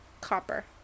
copper